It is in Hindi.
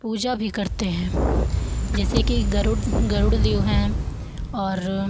पूजा भी करते हैं जैसे कि गरुड़ गरुड़ देव हैं और